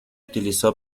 utilizó